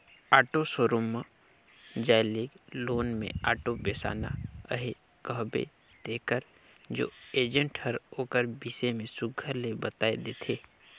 auto showroom म जाए के लोन में आॅटो बेसाना अहे कहबे तेकर ओ एजेंट हर ओकर बिसे में सुग्घर ले बताए देथे